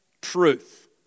truth